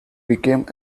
became